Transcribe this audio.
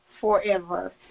forever